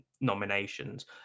nominations